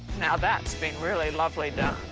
now, that's been really lovely done.